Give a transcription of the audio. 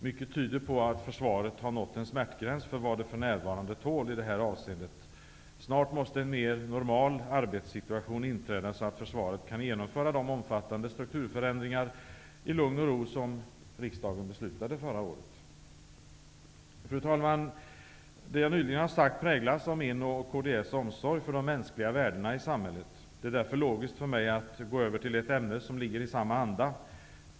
Mycket tyder på att försvaret har nått en smärtgräns för vad det för närvarande tål i det avseendet. Snart måste en mer normal arbetssituation inträda så att försvaret i lugn och ro kan genomföra de omfattande strukturförändringar som riksdagen beslutade om förra året. Fru talman! Det jag nyligen har sagt präglas av min och kds omsorg för de mänskliga värdena i samhället. Det är därför logiskt för mig att gå över till ett annat ämne i samma anda.